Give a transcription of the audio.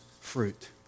fruit